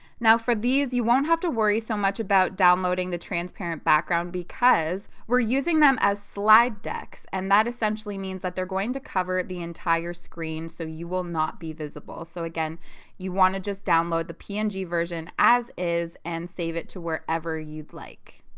now for these you won't have to worry so much about downloading the transparent background because we're using them as slide decks and that essentially means that they're going to cover the entire screen so you will not be visible. so again you want to just download the png and version version as is and save it to wherever you'd like.